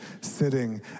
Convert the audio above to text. sitting